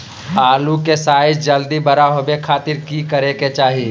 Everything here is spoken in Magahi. आलू के साइज जल्दी बड़ा होबे खातिर की करे के चाही?